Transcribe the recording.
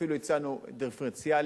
אפילו הצענו דיפרנציאלי.